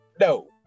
no